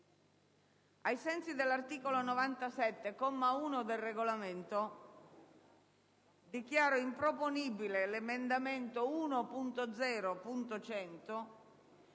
ai sensi dell'articolo 97, comma 1, del Regolamento, dichiaro improponibile l'emendamento 1.0.100